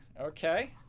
Okay